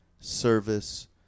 service